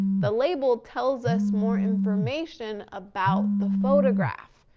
the label tells us more information, about the photograph.